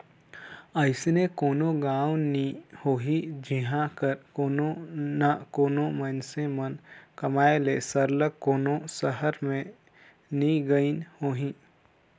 अइसे कोनो गाँव नी होही जिहां कर कोनो ना कोनो मइनसे मन कमाए ले सरलग कोनो सहर में नी गइन होहीं